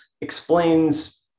explains